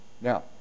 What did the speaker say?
Now